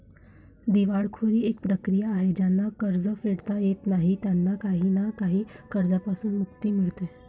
दिवाळखोरी एक प्रक्रिया आहे ज्यांना कर्ज फेडता येत नाही त्यांना काही ना काही कर्जांपासून मुक्ती मिडते